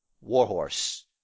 Warhorse